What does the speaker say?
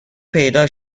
پیدا